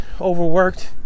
overworked